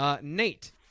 Nate